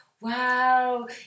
wow